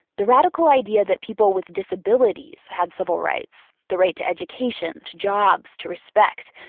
the radical idea that people with disabilities had civil rights the right to education, to jobs, to respect,